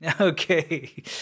Okay